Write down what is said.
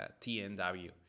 TNW